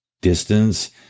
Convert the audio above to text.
distance